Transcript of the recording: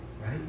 right